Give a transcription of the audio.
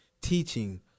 teaching